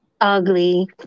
ugly